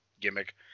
gimmick